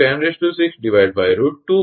તેથી 𝑉0 3×106√2 × 0